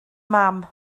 mam